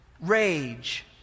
rage